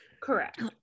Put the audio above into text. Correct